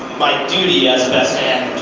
my duty as best man